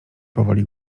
powoli